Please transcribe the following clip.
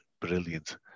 Brilliant